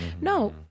No